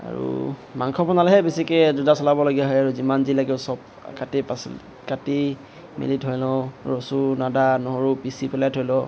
আৰু মাংস বনালেহে বেছিকৈ যোজা চলাবলগীয়া হয় আৰু যিমান যি লাগে চব কাটি পাচলি কাটি মেলি ধুই লওঁ ৰচুন আদা নহৰু পিচি পেলাই থৈ লওঁ